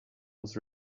was